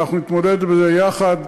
אנחנו נתמודד יחד,